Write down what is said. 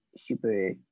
super